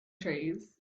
trees